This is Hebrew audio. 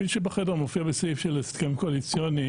הפיל שבחדר מופיע בסעיף של הסכם קואליציוני